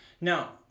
Now